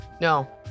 No